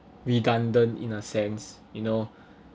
redundant in a sense you know